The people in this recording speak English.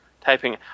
typing